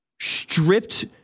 stripped